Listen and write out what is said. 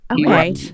okay